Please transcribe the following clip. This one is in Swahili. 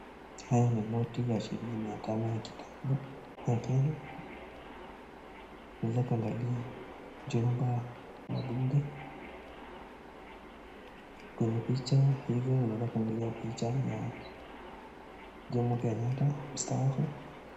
Haya ni noti ya shilingi mia tano ya kitambo ya kenya unaweza kuangalia jumba la bunge. Kwenye picha hizi unaweza kuangalia picha ya Jomo Kenyatta mstahafu